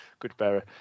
Goodbearer